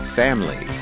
family